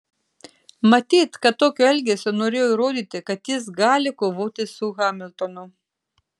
matyt kad tokiu elgesiu norėjo įrodyti kad jis gali kovoti su hamiltonu